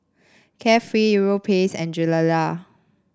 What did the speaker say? Carefree Europace and Gilera